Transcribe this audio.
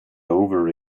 over